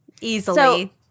easily